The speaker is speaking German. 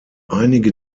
einige